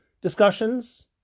discussions